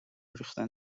ریختن